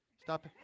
Stop